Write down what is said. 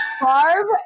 Barb